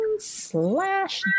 slash